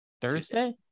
thursday